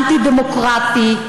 אנטי-דמוקרטי,